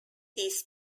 these